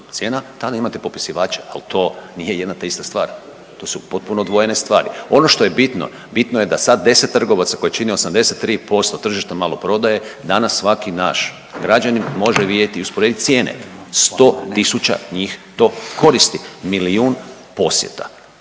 cijena, tada imate popisivače, ali to nije jedno te ista stvar, to su potpuno odvojene stvari. Ono što je bitno, bitno je da sad 10 trgovaca koji čine 83% tržišta maloprodaje, danas svaki naš građanin može vidjeti i usporediti cijene. 100 tisuća njih to koristi. Milijun posjeta.